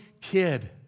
kid